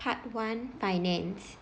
part one finance